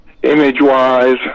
image-wise